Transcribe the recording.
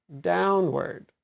Downward